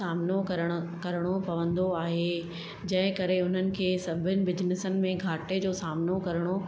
सामिनो करणु करिणो पवंदो आहे जंहिं करे उन्हनि खे सभिनि बिजनसनि में घाटे जो सामिनो करिणो